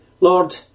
Lord